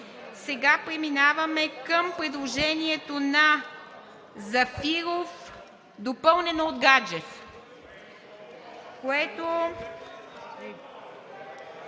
Преминаваме към предложението на Зафиров, допълнено от Гаджев, което